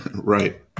Right